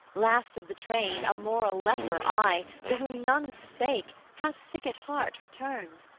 last of the train, a moral leper, i, to whom none spake, half-sick at heart, returned.